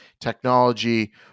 technology